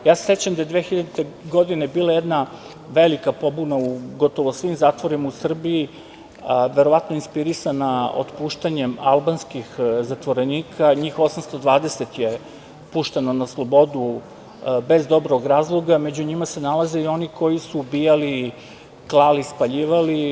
Sećam se da je 2000. godine bila jedna velika pobuna gotovo u svim zatvorima u Srbiji, verovatno inspirisana otpuštanjem albanskih zatvorenika, njih 820 je pušteno na slobodu bez dobrog razloga, među njima se nalaze i oni koji su ubijali, klali, spaljivali.